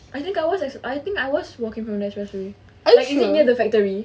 I think I was I think I was walking from expressway is it near the factory